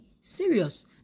serious